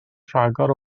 rhagor